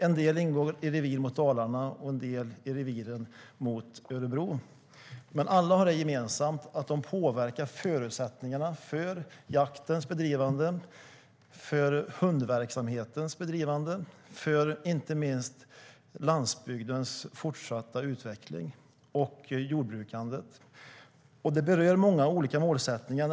En del ingår i revir mot Dalarna och en del i revir mot Örebro.Men alla har det gemensamt att de påverkar förutsättningarna för jaktens bedrivande, för hundverksamhetens bedrivande och inte minst för landsbygdens fortsatta utveckling och för jordbruket. Det berör många olika målsättningar.